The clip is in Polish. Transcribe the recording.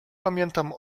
pamiętam